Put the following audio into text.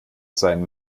seinen